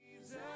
Jesus